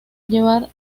llevar